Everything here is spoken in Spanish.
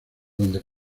donde